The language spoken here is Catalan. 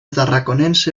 tarraconense